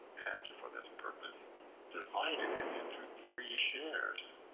and for this purpose divided it into three shares.